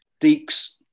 Deeks